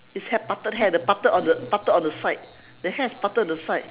it's hair parted hair the parted on the parted on the side the hair is parted on the side